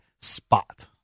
spot